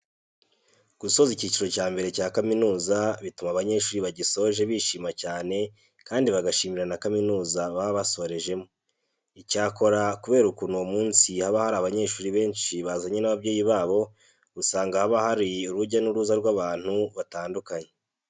Gusoza icyiciro cya mbere cya kaminuza bituma abanyeshuri bagisoje bishima cyane kandi bagashimira na kaminuza baba basorejemo. Icyakora kubera ukuntu uwo munsi haba hari abanyeshuri benshi bazanye n'ababyeyi babo, usanga haba hari urujya n'uruza rw'abantu batandukanye.